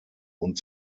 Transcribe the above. und